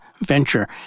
venture